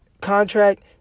contract